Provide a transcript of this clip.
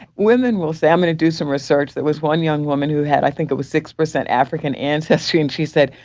women will say, i'm going to do some research. there was one young woman who had i think it was six percent african ancestry. and she said,